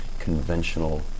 Conventional